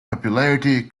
popularity